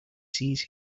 sees